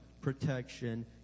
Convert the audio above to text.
protection